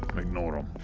um ignore them.